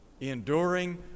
enduring